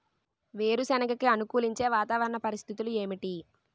వేరుసెనగ కి అనుకూలించే వాతావరణ పరిస్థితులు ఏమిటి?